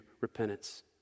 repentance